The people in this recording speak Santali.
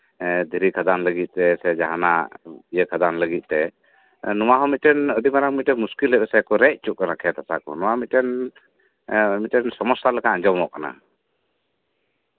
ᱦᱮᱸ ᱫᱷᱤᱨᱤ ᱠᱷᱟᱫᱟᱱ ᱞᱟᱹᱜᱤᱫᱛᱮ ᱥᱮ ᱡᱟᱦᱟᱱᱟᱜ ᱤᱭᱟᱹ ᱠᱷᱟᱫᱟᱱ ᱞᱟᱹᱜᱤᱫᱛᱮ ᱱᱚᱶᱟ ᱦᱚᱸ ᱢᱤᱫᱴᱟᱱ ᱟᱹᱰᱤ ᱢᱟᱨᱟᱝ ᱢᱤᱫᱴᱟᱱ ᱢᱩᱥᱠᱤᱞ ᱨᱮᱭᱟᱜ ᱠᱟᱱᱟ ᱥᱮᱠᱚ ᱨᱮᱪ ᱦᱚᱪᱚᱜ ᱠᱟᱱᱟ ᱠᱷᱮᱛ ᱦᱟᱥᱟ ᱠᱚ ᱱᱚᱶᱟ ᱫᱚ ᱢᱤᱫᱴᱮᱱ ᱥᱚᱢᱚᱥᱥᱟ ᱞᱮᱠᱟ ᱟᱸᱡᱚᱢᱚᱜ ᱠᱟᱱᱟ